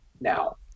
now